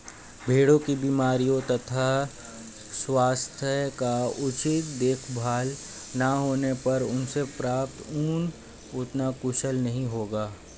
भेड़ों की बीमारियों तथा स्वास्थ्य का उचित देखभाल न होने पर उनसे प्राप्त ऊन उतना कुशल नहीं होगा